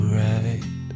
right